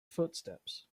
footsteps